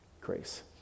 grace